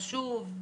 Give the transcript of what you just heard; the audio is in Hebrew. חשוב,